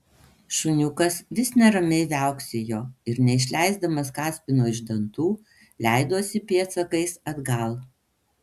šuniukas vis neramiai viauksėjo ir neišleisdamas kaspino iš dantų leidosi pėdsakais atgal